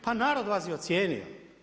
Pa narod vas je ocijenio.